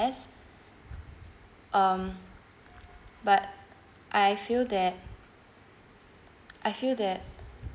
as um but I feel that I feel that